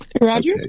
Roger